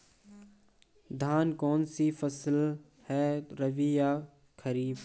धान कौन सी फसल है रबी या खरीफ?